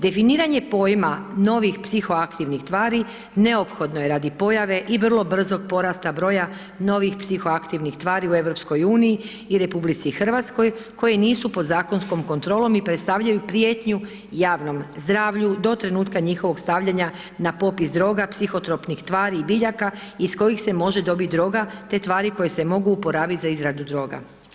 Definiranje pojma novih psihoaktivnih tvari neophodno je radi pojave i vrlo brzog porasta broja novih psihoaktivnih tvari u EU i RH koje nisu pod zakonskom kontrolom i predstavljaju prijetnju javnom zdravlju do trenutka njihovog stavljanja na popis droga, psihotropnih tvari i biljaka iz kojih se može dobiti droga, te tvari koje se mogu uporabiti za izradu droga.